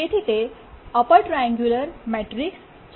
તેથી તે upper triangular matrix છે